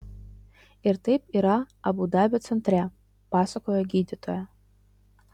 ir taip yra abu dabio centre pasakoja gydytoja